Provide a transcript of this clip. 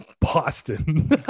Boston